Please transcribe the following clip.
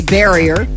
barrier